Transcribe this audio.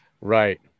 right